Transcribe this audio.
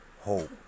hope